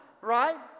right